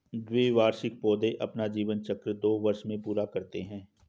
द्विवार्षिक पौधे अपना जीवन चक्र दो वर्ष में पूरा करते है